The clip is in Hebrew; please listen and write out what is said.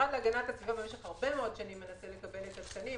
המשרד להגנת הסביבה במשך הרבה מאוד שנים מנסה לקבל את התקנים,